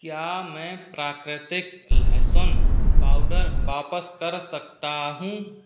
क्या मैं प्राकृतिक लहसुन पाउडर वापस कर सकता हूँ